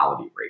rate